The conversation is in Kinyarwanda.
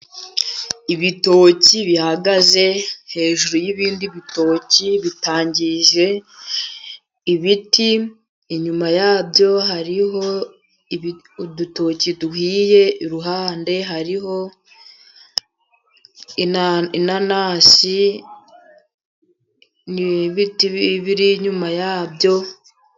Ibitoki bihagaze hejuru y'ibindi bitoki bitangije ibiti. Inyuma yabyo hariho udutoki duhiye . Iruhande hariho inanasi n'ibiti biri inyuma yabyo.